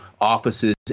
offices